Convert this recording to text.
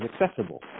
accessible